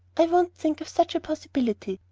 i won't think of such a possibility.